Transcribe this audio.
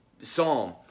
psalm